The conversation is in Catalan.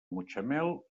mutxamel